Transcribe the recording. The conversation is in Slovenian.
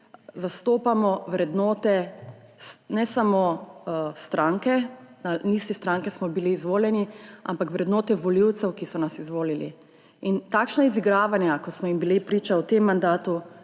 zastopamo vrednote ne samo stranke, na listi katere smo bili izvoljeni, ampak vrednote volivcev, ki so nas izvolili. In takšna izigravanja, kot smo jim bili priča v tem mandatu,